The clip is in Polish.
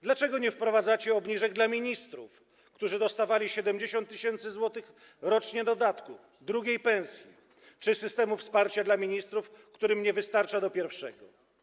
Dlaczego nie wprowadzacie obniżek dla ministrów, którzy dostawali 70 tys. zł rocznie dodatku, drugiej pensji, czy systemu wsparcia dla ministrów, którym nie wystarcza do pierwszego?